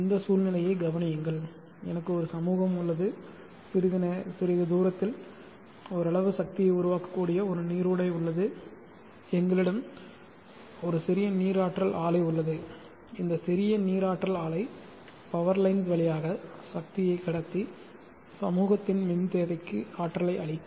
இந்த சூழ்நிலையை கவனியுங்கள் எனக்கு ஒரு சமூகம் உள்ளது சிறிது தூரத்தில் ஓரளவு சக்தியை உருவாக்கக்கூடிய ஒரு நீரோடை உள்ளது எங்களிடம் ஒரு சிறிய நீர் ஆற்றல் ஆலை உள்ளது இந்த சிறிய நீர் ஆற்றல் ஆலை பவர் லைன்ஸ் வழியாக சக்தியை கடத்தி சமூகத்தின் மின் தேவைக்கு ஆற்றலை அளிக்கும்